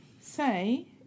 say